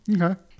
Okay